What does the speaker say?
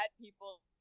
people